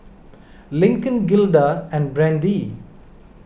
Lincoln Gilda and Brandee